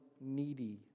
needy